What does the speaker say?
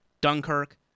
Dunkirk